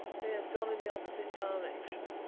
he has gone in the opposite direction,